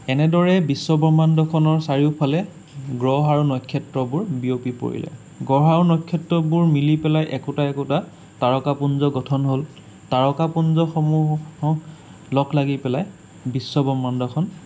এনেদৰে বিশ্ব ব্ৰহ্মাণ্ডখনৰ চাৰিওফালে গ্ৰহ আৰু নক্ষত্ৰবোৰ বিয়পি পৰিলে গ্ৰহ আৰু নক্ষত্ৰবোৰ মিলি পেলাই একোটা একোটা তাৰকাপুঞ্জ গঠন হ'ল তাৰকাপুঞ্জসমূহ লগ লাগি পেলাই বিশ্ব ব্ৰহ্মাণ্ডখন